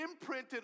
imprinted